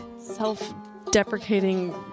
self-deprecating